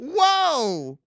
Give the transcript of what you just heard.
Whoa